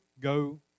go